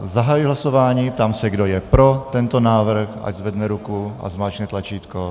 Zahajuji hlasování a ptám se, kdo je pro tento návrh, ať zvedne ruku a zmáčkne tlačítko.